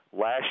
last